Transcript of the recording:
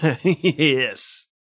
yes